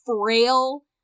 frail